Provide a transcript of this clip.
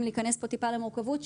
אם להיכנס פה טיפה למורכבות,